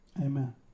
Amen